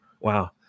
Wow